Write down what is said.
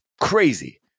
crazy